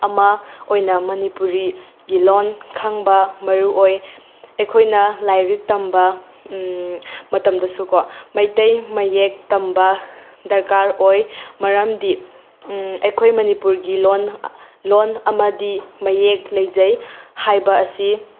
ꯑꯃ ꯑꯣꯏꯅ ꯃꯅꯤꯄꯨꯔꯤꯒꯤ ꯂꯣꯜ ꯈꯪꯕ ꯃꯔꯨ ꯑꯣꯏ ꯑꯩꯈꯣꯏꯅ ꯂꯥꯏꯔꯤꯛ ꯇꯝꯕ ꯃꯇꯝꯗꯁꯨꯀꯣ ꯃꯩꯇꯩ ꯃꯌꯦꯛ ꯇꯝꯕ ꯗꯔꯀꯥꯔ ꯑꯣꯏ ꯃꯔꯝꯗꯤ ꯑꯩꯈꯣꯏ ꯃꯅꯤꯄꯨꯔꯒꯤ ꯂꯣꯜ ꯂꯣꯜ ꯑꯃꯗꯤ ꯃꯌꯦꯛ ꯂꯩꯖꯩ ꯍꯥꯏꯕ ꯑꯁꯤ